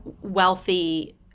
wealthy